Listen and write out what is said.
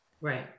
right